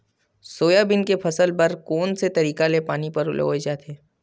Soybean के फसल बर कोन से तरीका ले पानी पलोय जाथे?